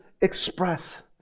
express